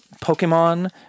Pokemon